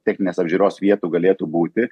techninės apžiūros vietų galėtų būti